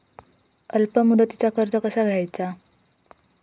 अल्प मुदतीचा कर्ज कसा घ्यायचा?